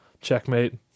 checkmate